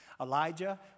Elijah